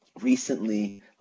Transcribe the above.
recently